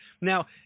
Now